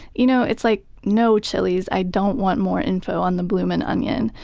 you know it's like, no, chili's, i don't want more info on the blooming onion.